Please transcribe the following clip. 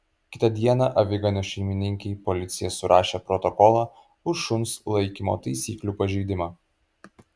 kitą dieną aviganio šeimininkei policija surašė protokolą už šuns laikymo taisyklių pažeidimą